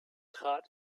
trat